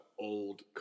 old